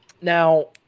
Now